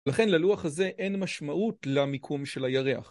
לכן ללוח הזה אין משמעות למיקום של הירח